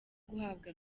guhabwa